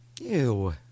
Ew